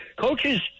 coaches